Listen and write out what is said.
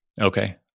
Okay